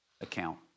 account